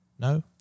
No